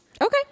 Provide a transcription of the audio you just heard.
Okay